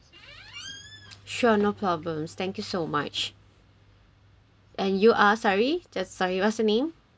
sure no problem thank you so much and you are sorry just so what's your name